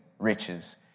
riches